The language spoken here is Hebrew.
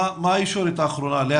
מה הישורת האחרונה,